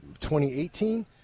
2018